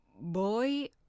boy